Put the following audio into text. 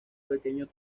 pequeño